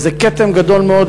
וזה כתם גדול מאוד,